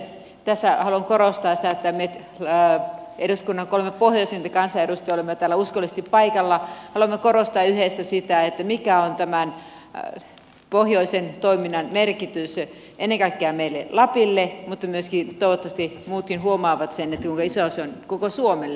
tässä haluan korostaa sitä että me eduskunnan kolme pohjoisinta kansanedustajaa olemme täällä uskollisesti paikalla ja haluamme korostaa yhdessä sitä mikä on tämän pohjoisen toiminnan merkitys ennen kaikkea lapille mutta toivottavasti muutkin huomaavat sen kuinka iso se on koko suomelle